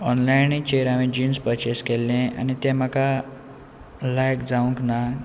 ऑनलायनीचेर हांवें jeans purchase केल्लें आनी ते म्हाका लायक जावूंक ना